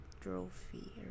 trophy